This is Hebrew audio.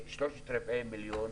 כשלושת רבעי מיליון